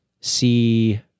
see